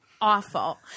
awful